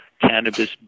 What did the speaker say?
cannabis